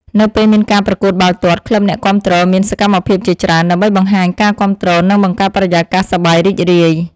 នៅពេលមានការប្រកួតបាល់ទាត់ ក្លឹបអ្នកគាំទ្រមានសកម្មភាពជាច្រើន ដើម្បីបង្ហាញការគាំទ្រនិងបង្កើតបរិយាកាសសប្បាយរីករាយ។